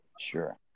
Sure